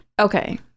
okay